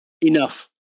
enough